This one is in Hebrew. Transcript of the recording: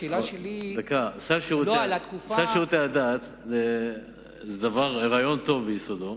סל שירותי דת הוא רעיון טוב ביסודו,